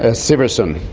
ah siversson.